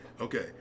Okay